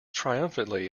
triumphantly